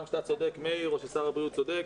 גם אם מאיר צודק או שר הבריאות צודק,